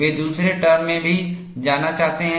वे दूसरे टर्म में भी जाना चाहते हैं